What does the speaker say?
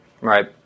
Right